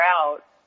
out